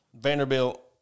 Vanderbilt